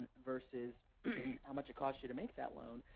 versus how much it costs you to make that loan,